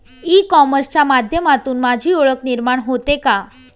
E कॉमर्सच्या माध्यमातून माझी ओळख निर्माण होते का?